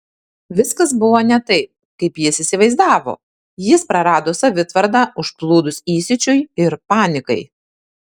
viskas buvo ne taip kaip jis įsivaizdavo jis prarado savitvardą užplūdus įsiūčiui ir panikai